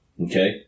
Okay